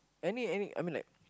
any any I mean like